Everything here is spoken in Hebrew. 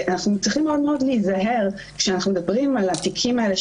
אנחנו צריכים מאוד להיזהר כשאנחנו מדברים על התיקים האלה,